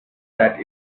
that